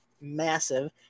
massive